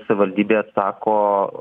savivaldybė atsako